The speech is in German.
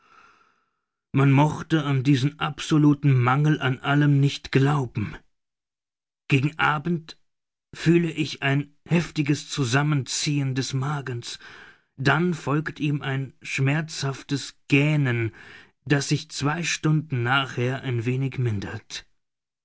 man mochte an diesen absoluten mangel an allem nicht glauben gegen abend fühle ich ein heftiges zusammenziehen des magens dann folgt ihm ein schmerzhaftes gähnen das sich zwei stunden nachher ein wenig mindert